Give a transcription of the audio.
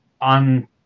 on